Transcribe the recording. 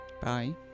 Bye